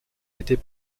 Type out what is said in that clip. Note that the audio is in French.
était